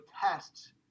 tests